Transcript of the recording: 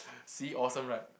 see awesome right